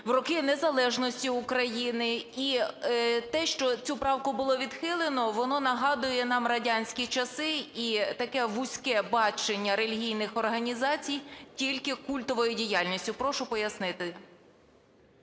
в роки незалежності України. І те, що цю правку було відхилено, воно нагадує нам радянські часи і таке вузьке бачення релігійних організацій тільки в культової діяльності. Прошу пояснити.